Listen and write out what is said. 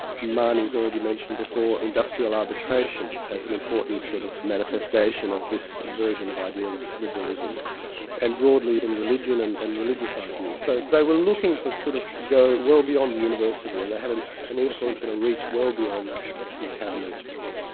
marnie's already mentioned before industrial arbitration as an important sort of manifestation of this version of idealist liberalism and broadly in religion and and religious ideas. so they were looking to sort of go well beyond the university, and they had an an influence and a reach well beyond the academy itself.